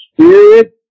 Spirit